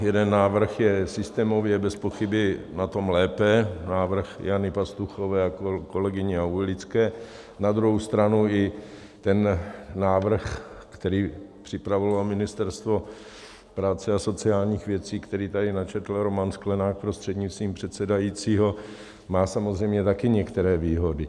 Jeden návrh je systémově bezpochyby na tom lépe, návrh Jany Pastuchové a kolegyně Aulické, na druhou stranu i návrh, který připravilo Ministerstvo práce a sociálních věcí, který tady načetl Roman Sklenák prostřednictvím předsedajícího, má samozřejmě také některé výhody.